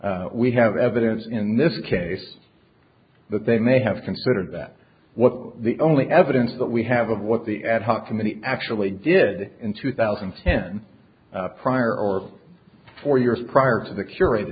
time we have evidence in this case that they may have considered that what the only evidence that we have of what the ad hoc committee actually did in two thousand and ten prior or four years prior to the cur